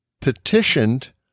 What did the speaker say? petitioned